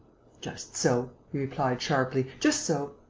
just so, he replied, sharply, just so.